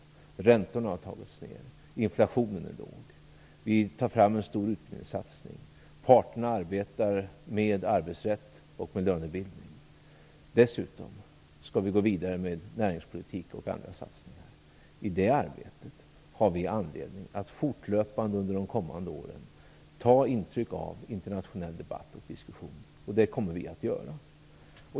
Räntorna har sänkts. Inflationen är låg. Vi gör en stor utbildningssatsning. Parterna arbetar med arbetsrätt och lönebildning. Dessutom skall vi gå vidare med näringspolitik och andra satsningar. I det arbetet har vi anledning att fortlöpande under de kommande åren ta intryck av internationell debatt och diskussion. Det kommer vi att göra.